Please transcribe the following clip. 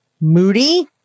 moody